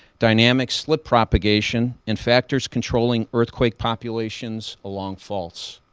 dynamic slip propagation, and factors controlling earthquake populations along faults.